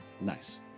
Nice